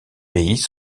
pays